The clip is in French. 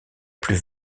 plus